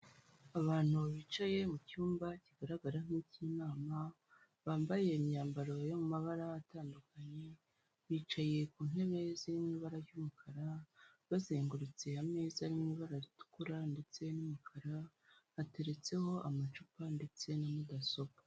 Abantu bicaye mu cyumba kigaragara nk'icy'inama bambaye imyambaro y'amabara atandukanye bicaye ku ntebe z'ibara ry'umukara bazengurutse ameza n'ibara ritukura ndetse n'umukara ateretseho amacupa ndetse na mudasobwa.